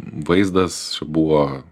vaizdas buvo